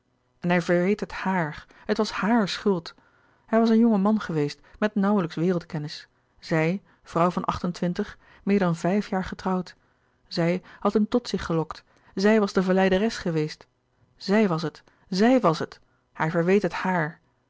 en hij verweet het haar het was hare schuld hij was een jonge man geweest met nauwlijks wereldkennis zij vrouw van acht-entwintig meer dan vijfjaar getrouwd zij had hem tot zich gelokt zij was de verleideres geweest zij was het zij was het hij verweet het haar